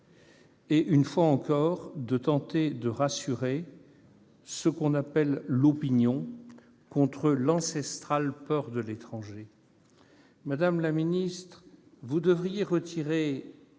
est, une fois encore, de tenter de rassurer ce qu'on appelle l'opinion contre l'ancestrale peur de l'étranger. Madame la ministre, vous devriez retirer